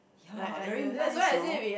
ya very nice you know